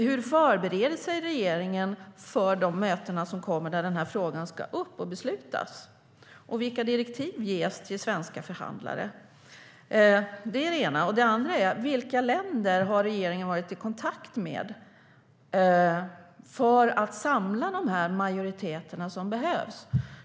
Hur förbereder sig regeringen för de möten som kommer där denna fråga ska upp och beslutas, och vilka direktiv ges till svenska förhandlare? Det var det ena. Det andra är: Vilka länder har regeringen varit i kontakt med för att samla de majoriteter som behövs?